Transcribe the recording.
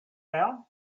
down